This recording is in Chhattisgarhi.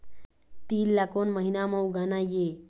तील ला कोन महीना म उगाना ये?